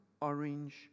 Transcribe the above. orange